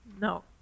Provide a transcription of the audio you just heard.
No